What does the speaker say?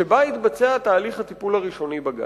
שבה יתבצע תהליך הטיפול הראשוני בגז.